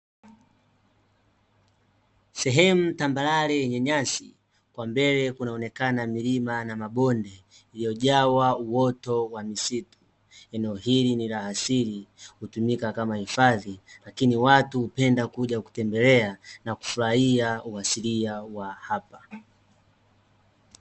Sehemu tambarare yenye nyasi. Kwa mbele kunaonekana milima na mabonde iliojawa uoto wa misitu, eneo hili ni la asili hutumika kama hifadhi, lakini watu hupenda kuja kutembelea na kufurahia uhalisia wa hapa.